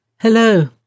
Hello